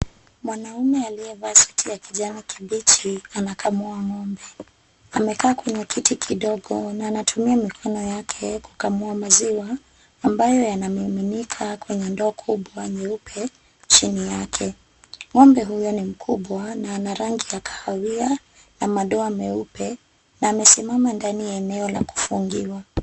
Mwanaume aliyevaa suti ya kijani kibichi anakamua ng'ombe. Amekaa kwenye kiti kidogo na anatumia mikono yake kukamua maziwa ambayo yanamiminika kwenye ndoo kubwa nyeupe chini yake. Ng'ombe huyo ni mkubwa na ana rangi ya kahawia na madoa meupe. Na amesimama ndani ya eneo la kufungiwa.